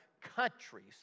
countries